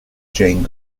jane